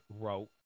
wrote